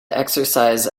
exercise